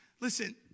Listen